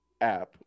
app